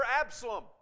Absalom